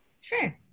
Sure